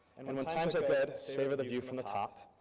and when when times are good, savor the view from the top.